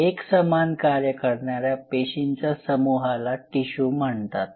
एक समान कार्य करणाऱ्या पेशींचा समुहाला टिशू म्हणतात